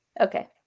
Okay